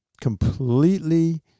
completely